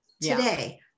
Today